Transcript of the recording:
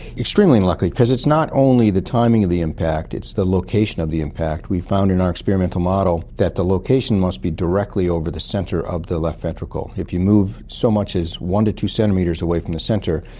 extremely unlucky, because it's not only the timing of the impact it's the location of the impact. we found in our experimental model that the location must be directly over the centre of the left ventricle. if you move so much as one to two centimetres away from the centre,